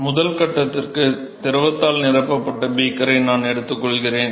முதல் கட்டத்திற்கு திரவத்தால் நிரப்பப்பட்ட பீக்கரை நான் எடுத்துக்கொள்கிறேன்